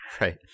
right